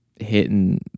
hitting